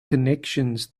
connections